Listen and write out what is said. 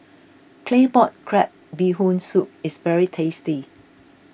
Claypot Crab Bee Hoon Soup is very tasty